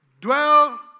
dwell